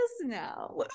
now